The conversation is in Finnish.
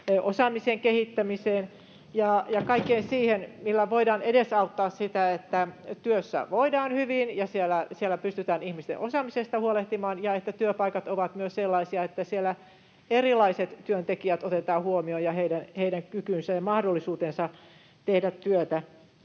osaamisen kehittämiseen ja kaikkeen siihen, millä voidaan edesauttaa sitä, että työssä voidaan hyvin ja siellä pystytään ihmisten osaamisesta huolehtimaan ja että työpaikat ovat myös sellaisia, että siellä otetaan huomion erilaiset työntekijät ja heidän kykynsä ja mahdollisuutensa tehdä työtä.